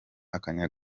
akanya